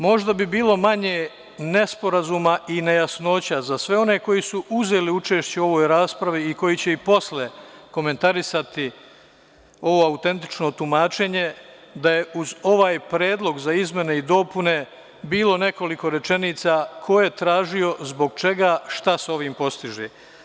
Možda bi bilo manje nesporazuma i nejasnoća za sve one koji su uzeli učešće u ovoj raspravi i koji će i posle komentarisati ovo autentično tumačenje da je uz ovaj predlog za izmene i dopune bilo nekoliko rečenica ko je tražio, zbog čega, šta se ovim postiže?